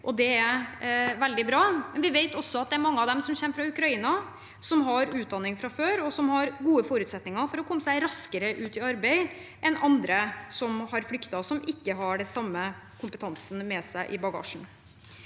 Det er veldig bra, men vi vet også at det er mange av dem som kommer fra Ukraina som har utdanning fra før, og som har gode forutsetninger for å komme seg raskere ut i arbeid enn andre som har flyktet og ikke har den samme kompetansen med seg i bagasjen.